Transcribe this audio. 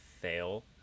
fail